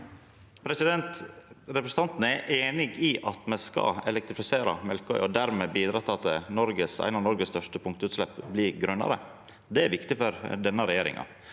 Represen- tanten er einig i at me skal elektrifisera Melkøya og dermed bidra til at eitt av Noregs største punktutslepp blir grønare. Det er viktig for denne regjeringa.